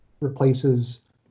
replaces